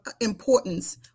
importance